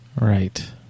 Right